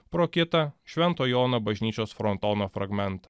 pro kitą švento jono bažnyčios frontono fragmentą